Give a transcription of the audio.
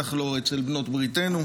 בטח לא אצל בנות בריתנו: